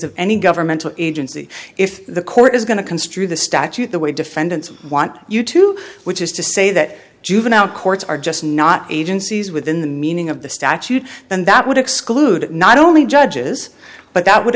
of any governmental agency if the court is going to construe the statute the way defendants want you to which is to say that juvenile courts are just not agencies within the meaning of the statute and that would exclude not only judges but that would